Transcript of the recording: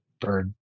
bird